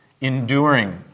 enduring